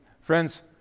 friends